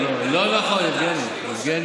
לא לא לא, לא נכון, יבגני.